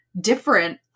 different